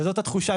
וזאת התחושה.